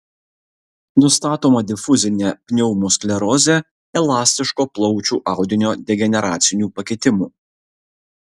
nustatoma difuzinė pneumosklerozė elastiško plaučių audinio degeneracinių pakitimų